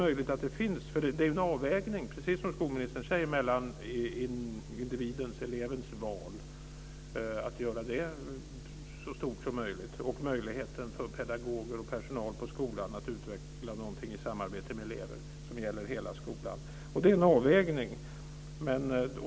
Det är en avvägning, precis som skolministern säger, mellan individens, elevens, val och möjligheten för pedagoger och personal på skolan att utveckla någonting i samarbete med elever som gäller hela skolan. Det är en avvägning.